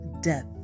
death